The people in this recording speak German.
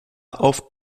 auf